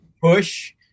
Push